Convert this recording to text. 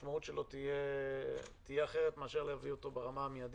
תהיה אחרת מאשר להביא אותו ברמה המיידית,